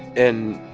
and